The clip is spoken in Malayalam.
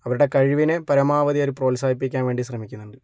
അവരുടെ കഴിവിനെ പരമാവധി അവര് പ്രോത്സാഹിപ്പിക്കാൻ വേണ്ടി ശ്രമിക്കുന്നുണ്ട്